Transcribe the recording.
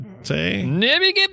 say